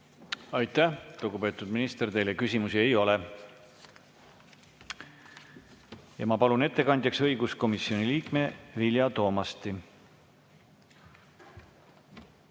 Aitäh, lugupeetud minister! Teile küsimusi ei ole. Ma palun ettekandjaks õiguskomisjoni liikme Vilja Toomasti.